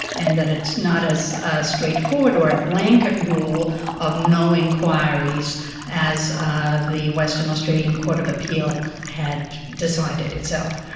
and that it's not as ah straightforward or a blanket rule of no enquiries as the western australian court of appeal had decided itself.